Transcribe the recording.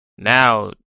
Now